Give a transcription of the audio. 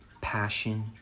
passion